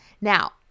Now